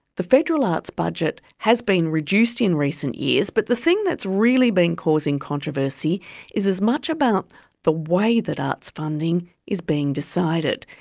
the federal arts budget has been reduced in recent years, but the thing that's really been causing controversy is as much about the way that arts funding is being decided.